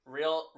real